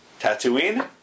Tatooine